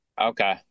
Okay